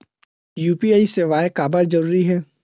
UPI सेवाएं काबर जरूरी हे?